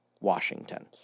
Washington